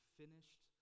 finished